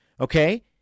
Okay